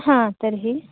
हा तर्हि